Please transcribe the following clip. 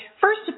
first